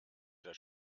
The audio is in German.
der